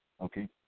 Okay